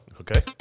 Okay